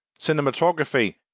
cinematography